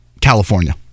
california